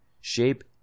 shape